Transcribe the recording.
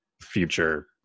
future